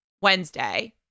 Wednesday